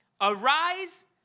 arise